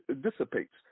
dissipates